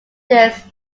this